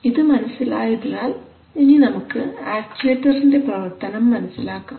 ഇത് മനസ്സിലായതിനാൽ ഇനി നമുക്ക് ആക്ച്ചുവെറ്റർൻറെ പ്രവർത്തനം മനസ്സിലാക്കാം